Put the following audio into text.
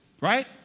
Right